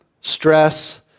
stress